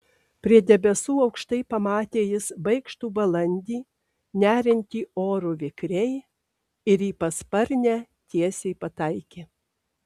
prie debesų aukštai pamatė jis baikštų balandį neriantį oru vikriai ir į pasparnę tiesiai pataikė